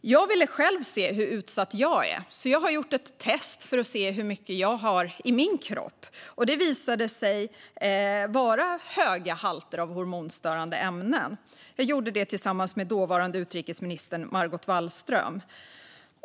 Jag har själv velat se hur utsatt jag är. Jag gjorde därför tillsammans med dåvarande utrikesminister Margot Wallström ett test för att se hur mycket hormonstörande ämnen jag hade i min kropp. Det visade sig vara höga halter.